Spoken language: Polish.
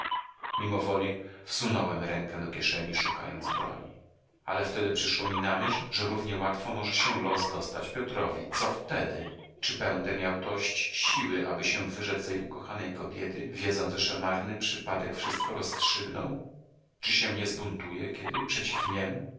mnie zabije mimowoli wsunąłem rękę do kieszeni szukając broni ale wtem przyszło mi na myśl że równie łatwo może się los dostać piotrowi co wtedy czy będę miał dość siły aby się wyrzec tej ukochanej kobiety wiedząc że marny przypadek wszystko rozstrzygnął czy się nie zbuntuję kiedy przeciw